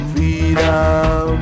Freedom